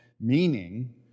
Meaning